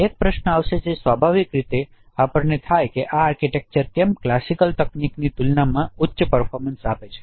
એક પ્રશ્ન આવશે જે સ્વાભાવિક રીતે આ પ્રશ્ન આપણને થશે કે આ આર્કિટેક્ચર કેમ ક્લાસિકલ તકનીકોની તુલનામાં ઉચ્ચ પર્ફોમન્સ આપે છે